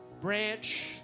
branch